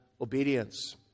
obedience